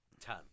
ten